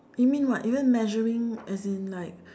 you mean what you mean measuring as in like